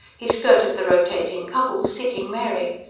he skirted the rotating couples, seeking mary.